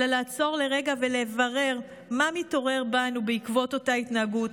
אלא לעצור לרגע ולברר מה מתעורר בנו בעקבות אותה התנהגות,